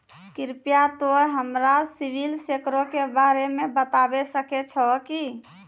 कृपया तोंय हमरा सिविल स्कोरो के बारे मे बताबै सकै छहो कि?